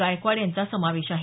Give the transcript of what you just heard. गायकवाड यांचा समावेश आहे